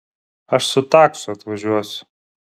aš su taksu atvažiuosiu